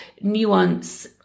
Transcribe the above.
nuance